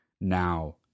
now